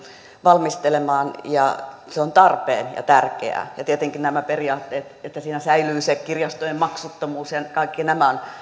valmistelemaan ja se on tarpeen ja tärkeää ja tietenkin nämä periaatteet että siinä säilyy se kirjastojen maksuttomuus ja kaikki nämä ovat